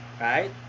Right